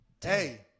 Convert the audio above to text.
Hey